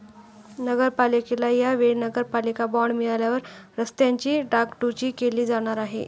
नगरपालिकेला या वेळी नगरपालिका बॉंड मिळाल्यावर रस्त्यांची डागडुजी केली जाणार आहे